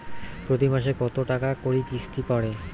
প্রতি মাসে কতো টাকা করি কিস্তি পরে?